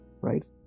right